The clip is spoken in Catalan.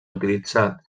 utilitzat